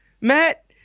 Matt